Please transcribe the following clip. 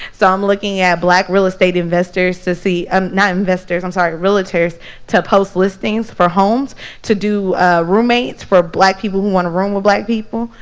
so i'm looking at black real estate investors to see, um not investors, i'm sorry, realtors to post listings for homes to do roommates for black people who want a room with black people,